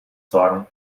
sorgen